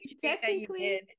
technically